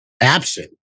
absent